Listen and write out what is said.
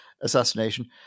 assassination